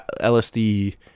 LSD